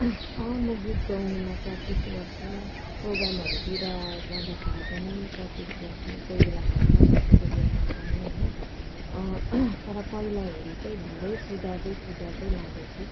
अँ म गीत गाउँनुमा प्र्याकटिस गर्छु प्रोग्रामहरूतिर जाँदाखेरि पनि प्र्याकटिस गर्छु केही बेला घरमा बसेको बेलामा पनि होइन तर पहिला हेरी चाहिँ धेरै सुधार्दै सुधार्दै लाँदैछु